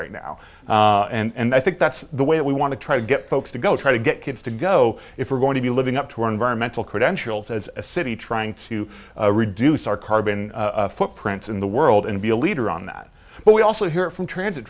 right now and i think that's the way we want to try to get folks to go try to get kids to go if we're going to be living up to our environmental credentials as a city trying to reduce our carbon footprints in the world and be a leader on that but we also hear from transit